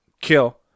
kill